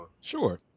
Sure